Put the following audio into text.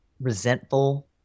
resentful